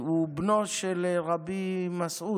שהוא בנו של רבי מסעוד?